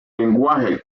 lenguaje